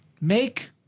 Make